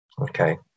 Okay